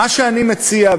מה שאני מציע,